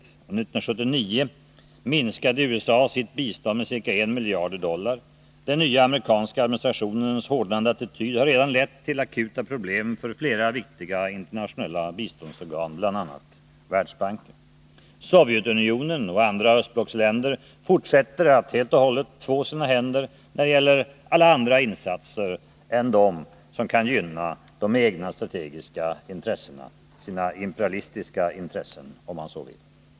Under 1979 minskade USA sitt bistånd med ca 1 miljard dollar. Den nya amerikanska administrationens hårdnande attityd har redan lett till akuta problem för flera viktiga internationella biståndsorgan, bl.a. Världsbanken. Sovjetunionen och andra östblocksländer fortsätter att helt och hållet två sina händer när det gäller alla andra insatser än dem som kan gynna de egna strategiska intressena — imperialistiska intressen, om man så vill.